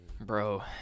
bro